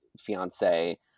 fiance